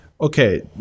okay